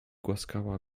głaskała